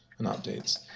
and updates.